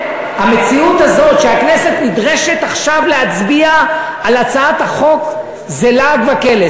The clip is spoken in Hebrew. המציאות הזאת שהכנסת נדרשת עכשיו להצביע על הצעת החוק זה לעג וקלס.